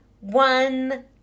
one